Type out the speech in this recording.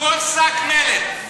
כל שק מלט,